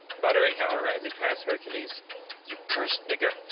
muttering, however, as he passed hercules you cursed nigger!